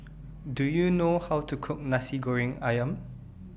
Do YOU know How to Cook Nasi Goreng Ayam